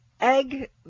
egg